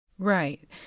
Right